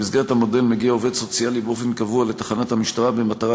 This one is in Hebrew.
במסגרת המודל מגיע עובד סוציאלי באופן קבוע לתחנת המשטרה במטרה